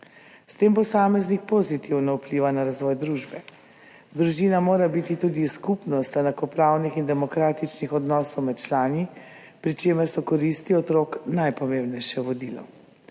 tem posameznik pozitivno vpliva na razvoj družbe. Družina mora biti tudi skupnost enakopravnih in demokratičnih odnosov med člani, pri čemer so koristi otrok najpomembnejše vodilo.